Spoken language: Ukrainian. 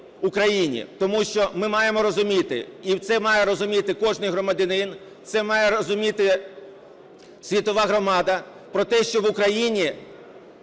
Україні. Тому що ми маємо розуміти, і це має розуміти кожний громадянин, це має розуміти світова громада про те, що в Україні